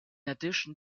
addition